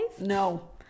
No